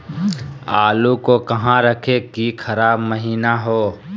आलू को कहां रखे की खराब महिना हो?